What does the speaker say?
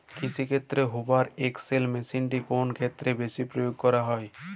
কৃষিক্ষেত্রে Hoover XL মেশিনটি কোন ক্ষেত্রে বেশি প্রয়োগ করা হয়?